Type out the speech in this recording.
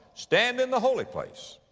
stand in the holy place.